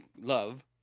love